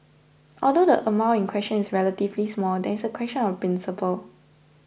although the amount in question is relatively small there is a question of principle